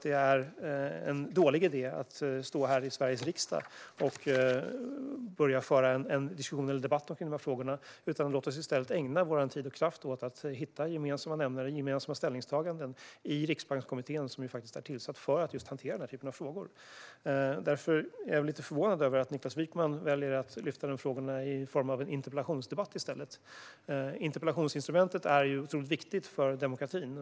Det är en dålig idé att stå här i Sveriges riksdag och börja föra en diskussion eller debatt om de frågorna. Låt oss i stället ägna vår tid och kraft åt att hitta gemensamma nämnare, gemensamma ställningstaganden, i Riksbankskommittén som är tillsatt för att hantera den här typen av frågor. Jag är därför lite förvånad över att Niklas Wykman i stället väljer att lyfta fram de frågorna i form av en interpellationsdebatt. Interpellationsinstrumentet är otroligt viktigt för demokratin.